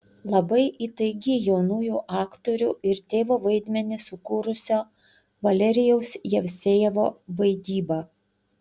labai įtaigi jaunųjų aktorių ir tėvo vaidmenį sukūrusio valerijaus jevsejevo vaidyba